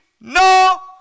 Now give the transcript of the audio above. no